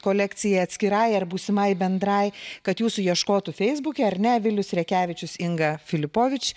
kolekcijai atskirai ar būsimai bendrai kad jūsų ieškotų feisbuke ar ne vilius rekevičius inga filipovič